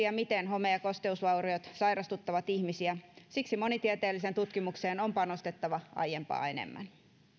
ja miten home ja kosteusvauriot sairastuttavat ihmisiä siksi monitieteelliseen tutkimukseen on panostettava aiempaa enemmän